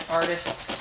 artists